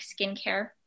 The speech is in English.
skincare